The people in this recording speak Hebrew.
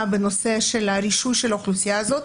בנושא של הרישוי של האוכלוסייה הזאת.